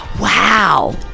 wow